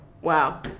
Wow